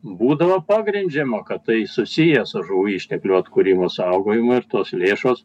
būdavo pagrindžiama kad tai susiję su žuvų išteklių atkūrimo saugojimu ir tos lėšos